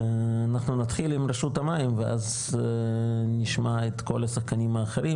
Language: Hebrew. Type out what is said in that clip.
אנחנו נתחיל עם רשות המים ואז נשמע את כל השחקנים האחרים,